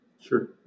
Sure